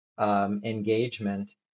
engagement